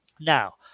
Now